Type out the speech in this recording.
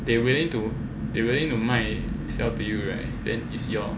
they willing to they willing to 买 sell to you right then is your